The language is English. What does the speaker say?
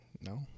No